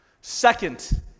Second